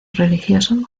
religioso